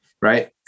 Right